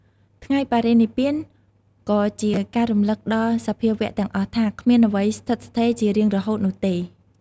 ថ្ងៃបរិនិព្វានក៏ជាការរំលឹកដល់សភាវៈទាំងអស់ថា គ្មានអ្វីស្ថិតស្ថេរជារៀងរហូតនោះទេ។